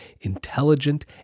intelligent